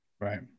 right